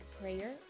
prayer